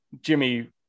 Jimmy